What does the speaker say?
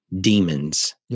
demons